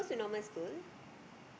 S>